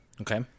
Okay